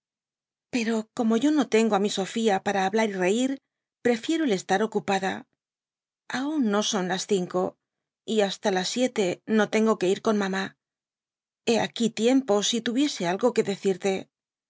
pero como yo no tengo á mi sofía para hablar y reir prefiero el estar ocupada aun no son las cinco y hasta las siete no tengo que ir con mamá hé aquí tiempo si tuviese algo que decirte